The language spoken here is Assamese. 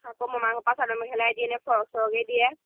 আকৌ মমাৰা চাদৰ মেখেলাই দিিয়ে ফৰক চৰকে দিয়ে